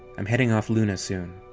i'm heading off luna soon.